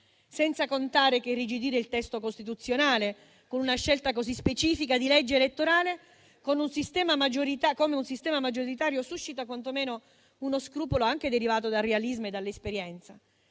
Inoltre, irrigidire il testo costituzionale con una scelta così specifica in termini di legge elettorale con un sistema maggioritario suscita quantomeno uno scrupolo anche derivato dal realismo e dall'esperienza: